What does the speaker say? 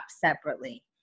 separately